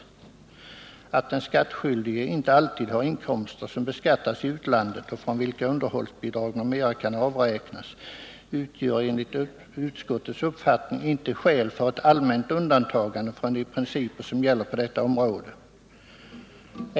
Att den skattskyldige inte alltid har inkomster som beskattas i utlandet och från vilka underhållsbidrag m.m. kan avräknas utgör enligt utskottets uppfattning inte skäl för ett allmänt undantag från de principer som gäller på detta område.